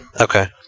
Okay